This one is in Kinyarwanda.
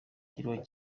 ikirwa